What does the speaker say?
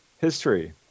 history